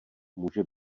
může